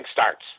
starts